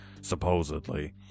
supposedly